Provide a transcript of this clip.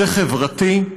זה חברתי,